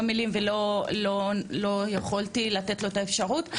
מילים ולא יכולתי לתת לו את האפשרות.